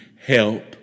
help